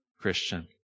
Christian